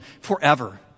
forever